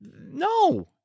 No